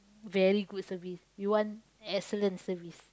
very good service we want excellent service